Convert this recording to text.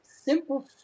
simple